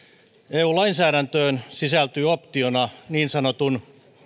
eu lainsäädäntöön sisältyy optiona niin sanotun